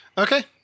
Okay